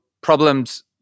problems